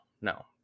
no